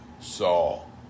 Saul